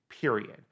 period